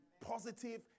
positive